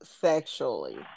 sexually